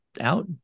out